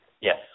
Yes